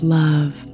love